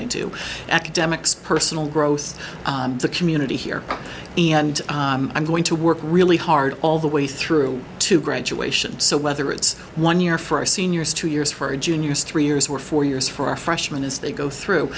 i do academics personal growth the community here and i'm going to work really hard all the way through to graduation so whether it's one year for our seniors two years for juniors three years we're four years for our freshman as they go through